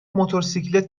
موتورسیکلت